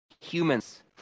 humans